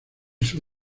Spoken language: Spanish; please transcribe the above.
sus